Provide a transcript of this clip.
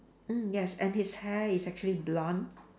mm yes and his hair is actually blonde